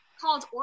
called